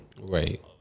right